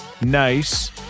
nice